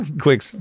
quick